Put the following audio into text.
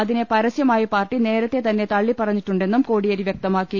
അതിനെ പരസ്യ മായി പാർട്ടി നേരത്തെ തന്നെ തള്ളിപ്പറഞ്ഞിട്ടുണ്ടെന്നും കോടി യേരി വ്യക്തമാക്കി